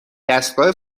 دستگاه